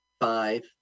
five